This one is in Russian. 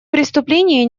преступления